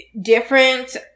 Different